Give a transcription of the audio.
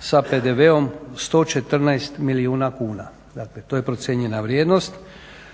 sa PDV-om 114 milijuna kuna, dakle to je procijenjena vrijednost.